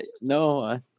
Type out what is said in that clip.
No